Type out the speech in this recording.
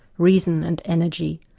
reason and energy,